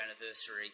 anniversary